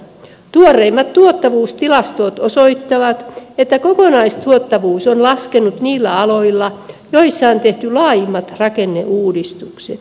tuoreimmat tuottavuustilastot osoittavat että kokonaistuottavuus on laskenut niillä aloilla joilla on tehty laajimmat rakenneuudistukset